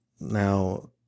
Now